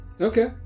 Okay